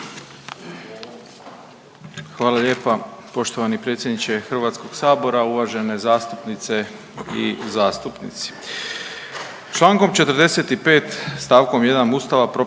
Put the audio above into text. Hvala lijepa. Poštovani predsjedniče HS-a, uvažene zastupnice i zastupnici.